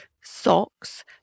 socks